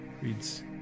reads